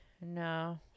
No